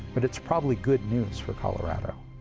but it's probably good news for colorado.